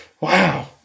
Wow